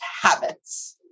habits